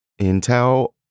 intel